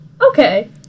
okay